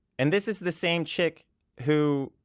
and this is the same chick who,